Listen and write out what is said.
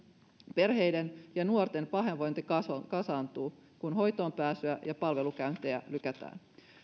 perheiden ja nuorten pahoinvointi kasaantuu kasaantuu kun hoitoonpääsyä ja palvelukäyntejä lykätään